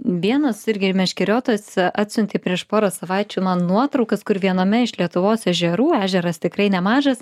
vienas irgi ir meškeriotojas atsiuntė prieš pora savaičių man nuotraukas kur viename iš lietuvos ežerų ežeras tikrai nemažas